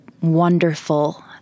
wonderful